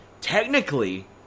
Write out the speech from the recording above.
Technically